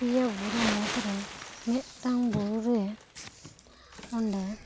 ᱯᱮᱭᱟ ᱵᱩᱨᱩ ᱢᱩᱫᱽ ᱨᱮ ᱢᱤᱫᱴᱟᱝ ᱵᱩᱨᱩ ᱨᱮ ᱚᱸᱰᱮ